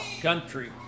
country